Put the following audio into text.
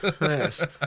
Yes